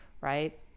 Right